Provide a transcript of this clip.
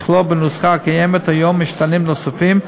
לכלול בנוסחה הקיימת היום משתנים נוספים,